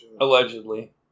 Allegedly